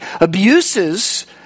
abuses